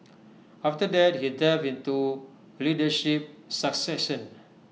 after that he delved into leadership succession